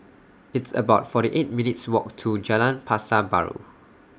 It's about forty eight minutes' Walk to Jalan Pasar Baru